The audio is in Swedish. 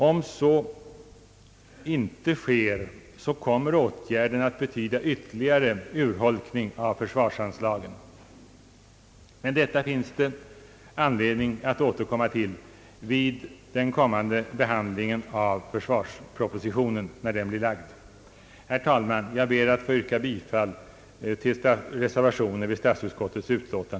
Om så inte sker kommer åtgärden att betyda ytterligare urholkning av försvarsanslaget. Till detta finns det emellertid anledning att återkomma vid den kommande behandlingen av försvarspropositionen när den blir framlagd.